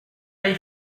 dai